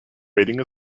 rating